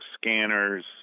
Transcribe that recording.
Scanners